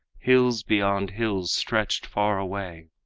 hills beyond hills stretched far away,